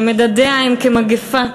שממדיה הם כמגפה.